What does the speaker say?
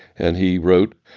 and he wrote,